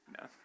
No